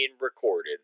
recorded